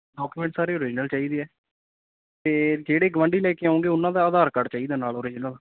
document ਸਾਰੇ original ਚਾਹੀਦੇ ਹੈ ਅਤੇ ਜਿਹੜੇ ਗੁਆਂਢੀ ਲੈ ਕੇ ਆਉਂਗੇ ਉਹਨਾਂ ਦਾ ਆਧਾਰ ਕਾਰਡ ਚਾਹੀਦਾ ਨਾਲ ਓਰੀਜਨਲ